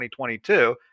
2022